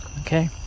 okay